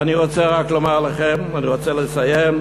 אני רוצה רק לומר לכם, אני רוצה לסיים.